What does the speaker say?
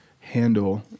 handle